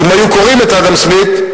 אם היו קוראים את אדם סמית,